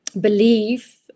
belief